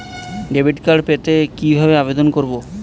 Debit card পেতে কি ভাবে আবেদন করব?